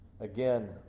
again